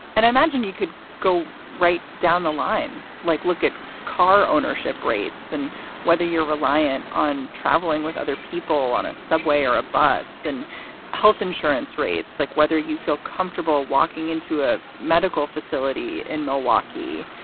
and i imagine you could go right down the line like, look at car ownership rates and whether you're reliant on traveling with other people on a subway or a bus, and health insurance rates, like whether you feel comfortable walking into a medical facility in milwaukee.